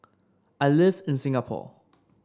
I live in Singapore